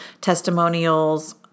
testimonials